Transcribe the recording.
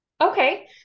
Okay